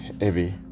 heavy